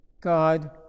God